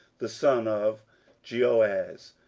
the son of jehoahaz,